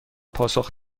پاسخ